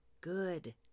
good